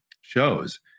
shows